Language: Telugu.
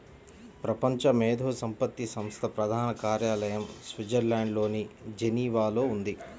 ప్రపంచ మేధో సంపత్తి సంస్థ ప్రధాన కార్యాలయం స్విట్జర్లాండ్లోని జెనీవాలో ఉంది